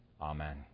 Amen